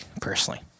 personally